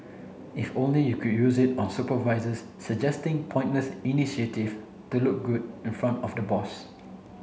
if only you could use it on supervisors suggesting pointless initiative to look good in front of the boss